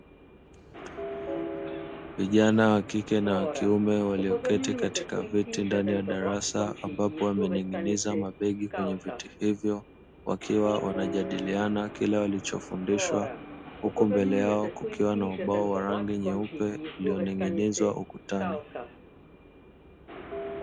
Vijana wa kike na wa kiume walioketi katika viti ndani ya darasa, ambapo wamening'iniza mabegi kwenye viti hivyo wakiwa wanajadiliana kile walichofundishwa huko mbele yao kukiwa na ubao wa rangi nyeupe iliyoning'inizwa ukutani.